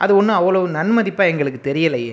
அது ஒன்றும் அவ்வளவு நன்மதிப்பாக எங்களுக்கு தெரியலையே